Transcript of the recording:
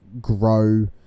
grow